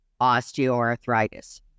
Osteoarthritis